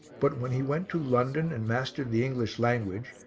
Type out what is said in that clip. but when he went to london and mastered the english language,